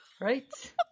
Right